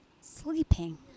sleeping